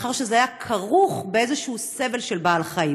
מאחר שזה היה כרוך באיזשהו סבל של בעל-חיים.